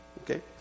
Okay